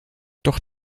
doch